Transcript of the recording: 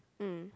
mm